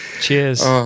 Cheers